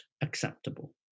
acceptable